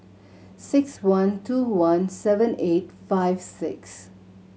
six one two one seven eight five six